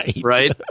right